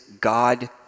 God